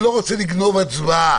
אני לא רוצה לגנוב הצבעה.